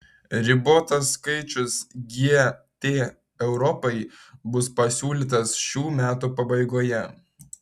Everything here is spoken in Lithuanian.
ribotas skaičius gt europai bus pasiūlytas šių metų pabaigoje